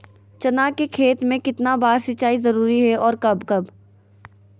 चना के खेत में कितना बार सिंचाई जरुरी है और कब कब?